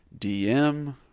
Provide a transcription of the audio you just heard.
dm